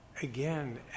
Again